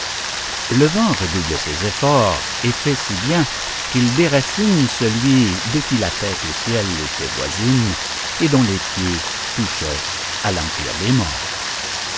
le vent redouble ses efforts et fait si bien qu'il déracine celui de qui la tête au ciel était voisine et dont les pieds touchaient à l'empire des morts